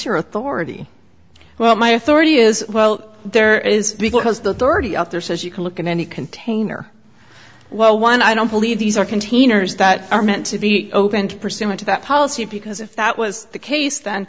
your authority well my authority is well there is because the authority out there says you can look at any container well one i don't believe these are containers that are meant to be opened pursuant to that policy because if that was the case then